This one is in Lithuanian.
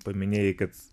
paminėjai kad